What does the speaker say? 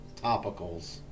topicals